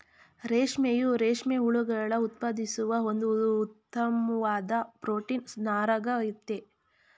ರೇಷ್ಮೆಯು ರೇಷ್ಮೆ ಹುಳುಗಳು ಉತ್ಪಾದಿಸುವ ಒಂದು ಉತ್ತಮ್ವಾದ್ ಪ್ರೊಟೀನ್ ನಾರಾಗಯ್ತೆ